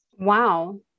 Wow